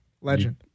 Legend